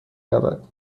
رود